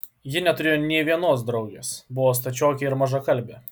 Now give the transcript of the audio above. ji neturėjo nė vienos draugės buvo stačiokė ir mažakalbė